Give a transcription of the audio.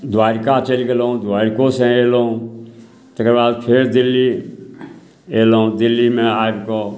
द्वारिका चलि गेलहुँ द्वारिको से अएलहुँ तकर बाद फेर दिल्ली अएलहुँ दिल्लीमे आबिकऽ